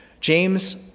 James